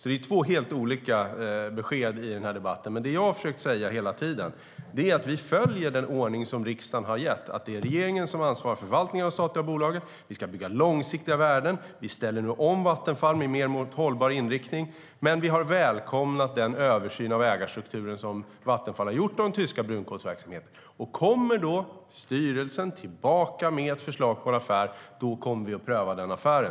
Det är två helt olika besked i den här debatten, men det jag har försökt säga hela tiden är att vi följer den ordning som riksdagen har gett, nämligen att det är regeringen som ansvarar för förvaltningen av de statliga bolagen. Vi ska bygga långsiktiga värden, och vi ställer nu om Vattenfall mot en mer hållbar inriktning. Vi välkomnade den översyn av ägarstrukturen som Vattenfall har gjort av den tyska brunkolsverksamheten, och om styrelsen kommer tillbaka med ett förslag till affär kommer vi att pröva det.